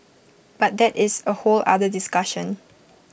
but that is A whole other discussion